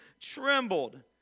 trembled